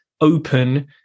open